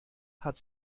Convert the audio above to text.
hat